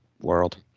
world